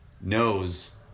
knows